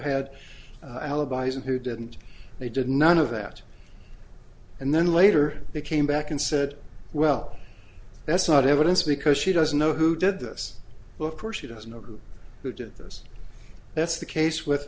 alibis and who didn't they did none of that and then later they came back and said well that's not evidence because she doesn't know who did this book or she doesn't know who did this that's the case with